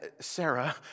Sarah